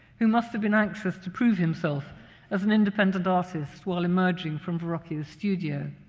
who must have been anxious to prove himself as an independent artist while emerging from verrocchio's studio.